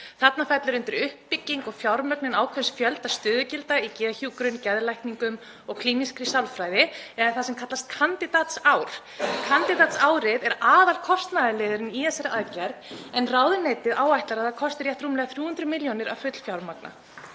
Þarna fellur undir uppbygging og fjármögnun ákveðins fjölda stöðugilda í geðhjúkrun, geðlækningum og klínískri sálfræði eða það sem kallast kandídatsár. Kandídatsárið er aðalkostnaðarliðurinn í þessari aðgerð en ráðuneytið áætlar að það kosti rétt rúmlega 300 millj. kr. að fullfjármagna.